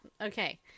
okay